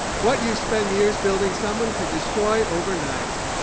what you spend years building, someone could destroy overnight.